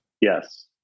Yes